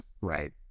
right